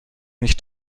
nicht